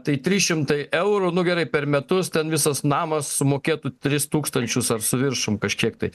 tai trys šimtai eurų nu gerai per metus ten visas namas sumokėtų tris tūkstančius ar su viršum kažkiek tai